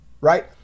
right